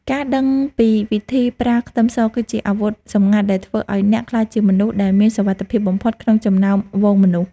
ការដឹងពីវិធីប្រើខ្ទឹមសគឺជាអាវុធសម្ងាត់ដែលធ្វើឱ្យអ្នកក្លាយជាមនុស្សដែលមានសុវត្ថិភាពបំផុតក្នុងចំណោមហ្វូងមនុស្ស។